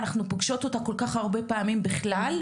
אנחנו פוגשות אותה כל כך הרבה פעמים בכלל.